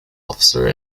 officer